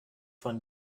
von